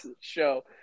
show